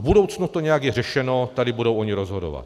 V budoucnu to nějak je řešeno, tady budou oni rozhodovat.